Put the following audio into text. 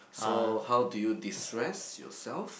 so how do you destress yourself